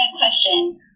question